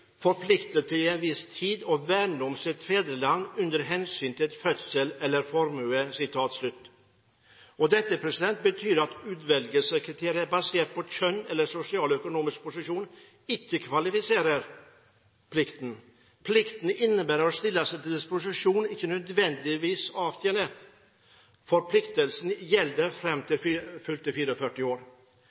en vis Tid at værne om sit Fædreland, uden Hensyn til Fødsel eller Formue.» Dette betyr at utvelgelseskriterier basert på kjønn eller sosial/økonomisk posisjon ikke kvalifiserer plikten. Plikten innebærer å stille seg til disposisjon, ikke nødvendigvis avtjene. Forpliktelsen gjelder fram til fylte 44 år.